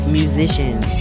musicians